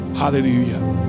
hallelujah